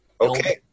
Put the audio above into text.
Okay